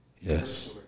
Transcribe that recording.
Yes